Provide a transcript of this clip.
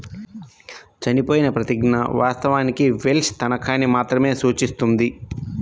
చనిపోయిన ప్రతిజ్ఞ, వాస్తవానికి వెల్ష్ తనఖాని మాత్రమే సూచిస్తుంది